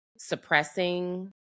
suppressing